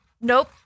Nope